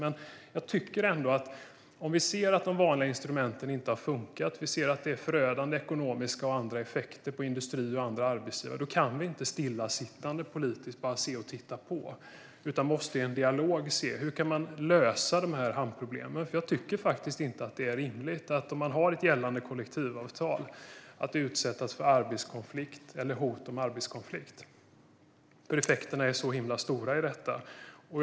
Men om vi ser att de vanliga instrumenten inte har funkat - vi ser att det är förödande ekonomiska och andra effekter på industrier och andra arbetsgivare - kan vi som politiker inte bara sitta stilla och titta på. Vi måste i en dialog se hur man kan lösa hamnproblemen. Jag tycker faktiskt inte att det är rimligt att utsättas för arbetskonflikt eller hot om arbetskonflikt om man har ett gällande kollektivavtal, för effekterna av detta är så stora.